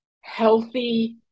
healthy